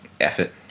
effort